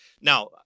Now